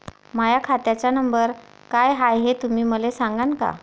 माह्या खात्याचा नंबर काय हाय हे तुम्ही मले सागांन का?